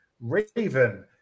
Raven